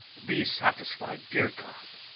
be satisfied, dear god,